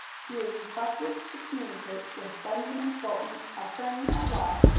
he is requested to communicate with benjamin bolton, attorney at law,